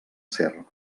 ser